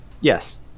Yes